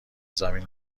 زمین